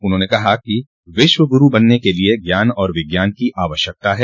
उन्होंने कहा कि विश्व गुरू बनने के लिए ज्ञान और विज्ञान की आवश्यकता है